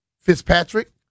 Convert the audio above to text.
Fitzpatrick